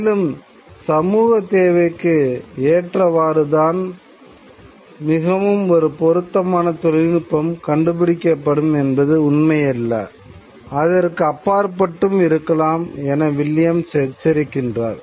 மேலும் சமூகத் தேவைக்கு ஏற்றவாறுதான் மிகவும் ஒரு பொருத்தமான தொழில்நுட்பம் கண்டுபிடிக்கப்படும் என்பது உண்மையல்ல அதற்கு அப்பாற்ப்பட்டும் இருக்கலாம் என வில்லியம்ஸ் எச்சரிக்கின்றார்